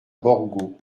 borgo